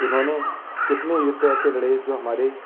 इन्होंने कितने युद्ध ऐसे लड़े जो हमारे